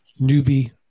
newbie